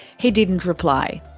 he didn't reply.